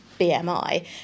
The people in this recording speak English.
BMI